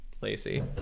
Lacey